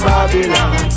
Babylon